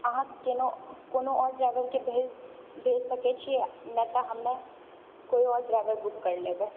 अहाँ के ने कोनो आओर ड्राइवरके भेज भेज सकैत छिऐ नहि तऽ हमे कोइ आओर ड्राइवर बुक करि लेबै